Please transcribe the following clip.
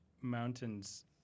mountains